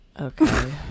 Okay